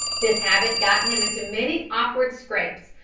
this habit got him into many awkward scrapes,